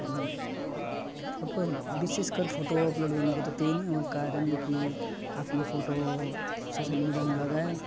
अनि फोटोहरू विशेष गरेर फोटो अपलोड गर्नुको त त्यही नै हो कारण कि आफ्नो फोटो सोसियल मिडियामा लगायो